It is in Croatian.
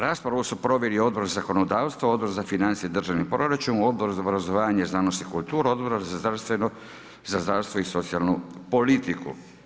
Raspravu su proveli Odbor za zakonodavstvo, Odbor za financije i državni proračun, Odbor za obrazovanje, znanost i kulturu, Odbor za zdravstvo i socijalnu politiku.